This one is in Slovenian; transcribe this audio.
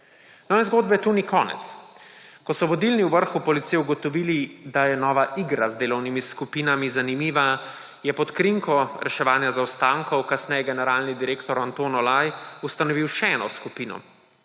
No in zgodbe tukaj ni konec. Ko so vodilni v vrhu Policije ugotovili, da je nova igra z delovnimi skupinami zanimiva, je pod krinko reševanja zaostankov kasneje generalni direktor Anton Olaj ustanovil še eno skupino,